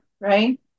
right